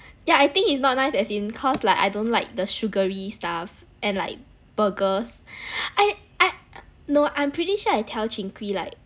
yeah I think it's not nice as in cause like I don't like the sugary stuff and like burgers I I no I'm pretty sure I tell cheng kwee like